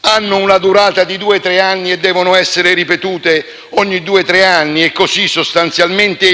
hanno una durata di due o tre anni e devono essere ripetute ogni due o tre anni, eliminando così sostanzialmente